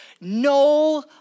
no